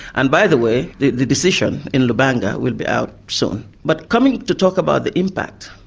and by the way, the the decision in lubanga will be out soon. but coming to talk about the impact,